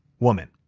woman.